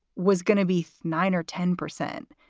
was gonna be nine or ten percent,